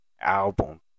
Album